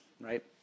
right